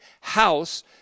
house